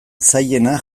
zailena